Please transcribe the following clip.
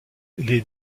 les